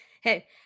Hey